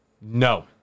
No